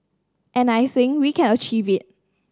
and I think we can achieve it